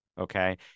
Okay